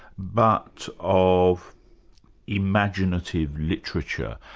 but of imaginative literature.